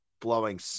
blowing